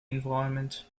environment